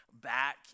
back